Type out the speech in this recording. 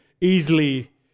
easily